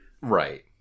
right